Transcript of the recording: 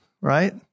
right